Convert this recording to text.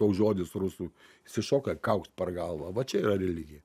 toks žodis rusų išsišokai kaukšt per galvą va čia yra religija